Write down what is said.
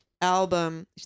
album